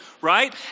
right